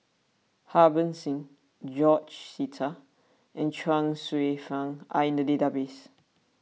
Harbans Singh George Sita and Chuang Hsueh Fang are in the database